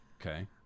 Okay